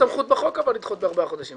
אבל אין לו סמכות בחוק לדחות בארבעה חודשים.